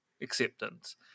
acceptance